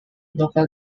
local